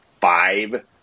five